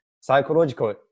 psychological